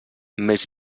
més